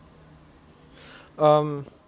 um